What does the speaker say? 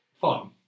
Fun